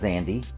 Andy